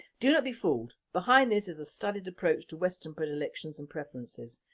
do not be fooled, behind this is a studied approach to western predilections and preferences,